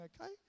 okay